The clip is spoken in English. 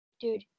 dude